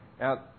Now